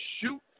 shoot